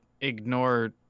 ignore